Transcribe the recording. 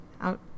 Out